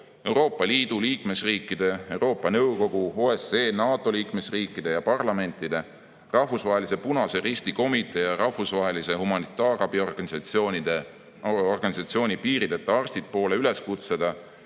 Euroopa Liidu liikmesriikide, Euroopa Nõukogu, OSCE, NATO liikmesriikide ja parlamentide, Rahvusvahelise Punase Risti Komitee ja rahvusvahelise humanitaarabiorganisatsiooni Piirideta Arstid poole üleskutsega